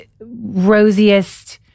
rosiest